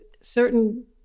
certain